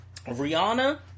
Rihanna